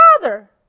father